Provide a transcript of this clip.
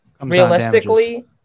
realistically